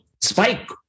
Spike